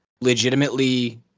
legitimately